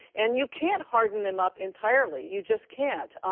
and you can't harden them up entirely, you just can't.